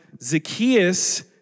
Zacchaeus